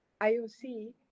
IOC